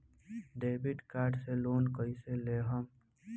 Debit card से loan कईसे लेहम?